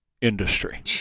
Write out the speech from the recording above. industry